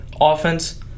Offense